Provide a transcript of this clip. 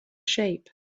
shape